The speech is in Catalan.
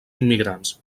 immigrants